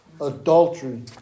Adultery